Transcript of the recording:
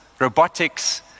robotics